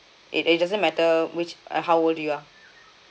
it it doesn't matter which uh how old you are